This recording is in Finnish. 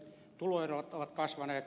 tuloerot ovat kasvaneet